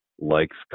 likes